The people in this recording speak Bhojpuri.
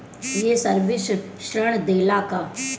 ये सर्विस ऋण देला का?